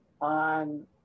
on